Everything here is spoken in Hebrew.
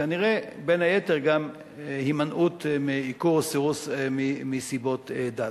כנראה בין היתר הימנעות מעיקור או סירוס מסיבות דת.